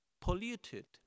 polluted